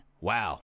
Wow